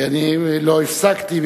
אני לא הפסקתי,